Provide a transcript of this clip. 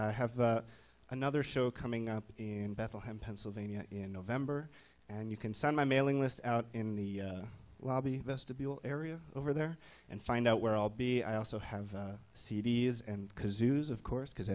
i have another show coming up in bethlehem pennsylvania in november and you can send my mailing list out in the lobby vestibule area over there and find out where i'll be i also have c d s and kazoos of course because